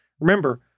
remember